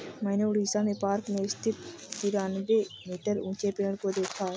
मैंने उड़ीसा में पार्क में स्थित तिरानवे मीटर ऊंचे पेड़ को देखा है